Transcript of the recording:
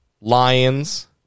Lions